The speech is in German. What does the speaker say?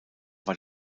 war